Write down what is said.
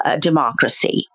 democracy